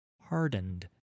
hardened